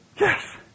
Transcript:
yes